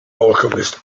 alchemist